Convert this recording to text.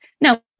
Now